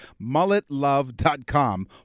mulletlove.com